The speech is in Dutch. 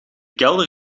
kelder